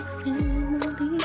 family